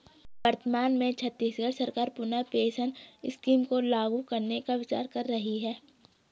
वर्तमान में छत्तीसगढ़ सरकार पुनः पेंशन स्कीम को लागू करने का विचार कर रही है